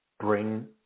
bring